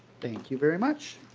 thank you very much.